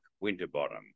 Winterbottom